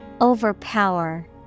Overpower